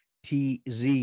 tz